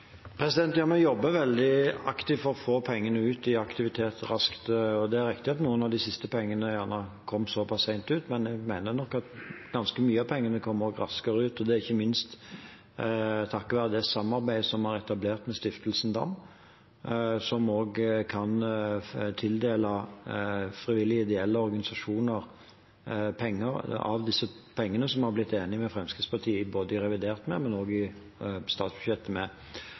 veldig aktivt for å få pengene ut i aktivitet raskt. Det er riktig at noen av de siste pengene kom litt sent ut, men jeg mener at ganske mye av pengene kom raskt ut. Det er ikke minst takket være det samarbeidet vi har etablert med Stiftelsen Dam, som også kan tildele frivillige, ideelle organisasjoner penger av de midlene vi har blitt enige med Fremskrittspartiet om både i revidert og i statsbudsjettet.